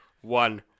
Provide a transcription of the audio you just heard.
One